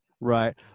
Right